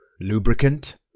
lubricant